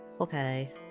Okay